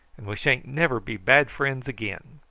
and we sha'n't never be bad friends again.